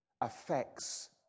affects